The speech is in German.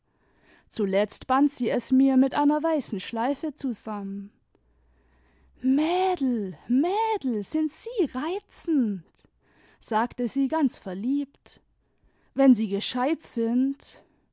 zuletzt band sie es mir mit einer weißen schleife zusanmien mädel mädel sind sie reizend sagte sie ganz verliebt wenn sie gescheit sind